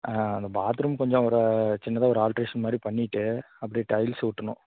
ஆ அந்த பாத்ரூம் கொஞ்சம் ஒரு சின்னதாக ஒரு ஆல்ட்ரேஷன் மாதிரி பண்ணிவிட்டு அப்டியே டைல்ஸ் ஒட்டணும்